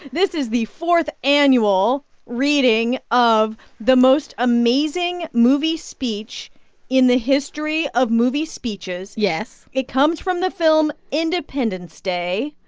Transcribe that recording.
this is the fourth annual reading of the most amazing movie speech in the history of movie speeches yes it comes from the film independence day.